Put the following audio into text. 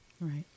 Right